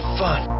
fun